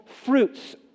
fruits